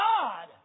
God